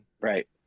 Right